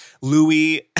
Louis